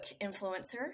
Influencer